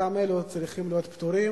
אותם אלה צריכים להיות פטורים,